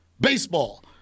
Baseball